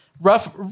rough